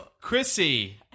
Chrissy